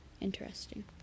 Interesting